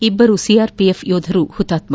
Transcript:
ಇಬ್ಲರು ಸಿಆರ್ಪಿಎಫ್ ಯೋಧರು ಪುತಾತ್ನ